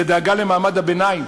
זה דאגה למעמד הביניים.